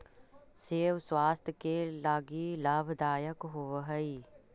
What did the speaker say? सेब स्वास्थ्य के लगी लाभदायक होवऽ हई